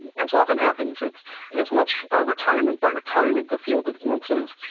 as often happens, it's as much a retirement by retirement the field advances,